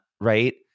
right